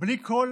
בלי כל